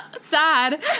Sad